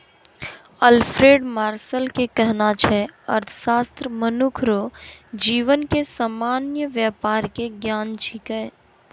Alfred Marshall के कहनाय छै अर्थशास्त्र मनुख रो जीवन के सामान्य वेपार के ज्ञान छिकै